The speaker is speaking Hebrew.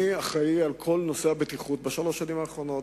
אני אחראי לכל נושא הבטיחות בשלוש השנים האחרונות,